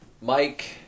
Mike